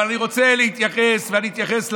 אבל אני רוצה להתייחס ואני אתייחס לחוק,